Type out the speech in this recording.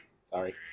Sorry